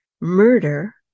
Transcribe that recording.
murder